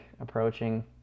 approaching